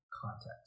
context